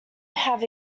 have